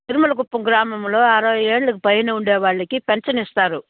తిరుమల కుప్పం గ్రామంలో అరవై ఏళ్ళుకు పైన ఉండే వాళ్ళకి పెన్షన్ ఇస్తారు